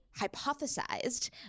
hypothesized